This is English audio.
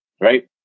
right